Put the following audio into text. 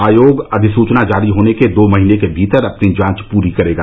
आयोग अधिसूचना जारी होने के दो महीने के भीतर अपनी जांच पूरी जांच करेगा